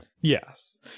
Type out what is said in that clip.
Yes